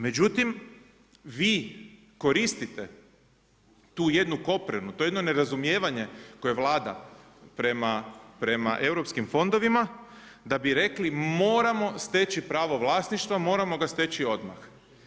Međutim, vi koristite tu jednu koprenu, to jedno nerazumijevanje koje vlada prema europskim fondovima da bi rekli moramo steći pravo vlasništva, moramo ga steći odmah.